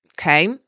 Okay